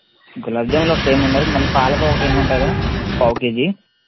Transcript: గులాబ్ జాములు ఒకటి వేయమన్నారు మళ్ళీ పాలకోవ ఒకటి వేయమంటారా పావుకేజీ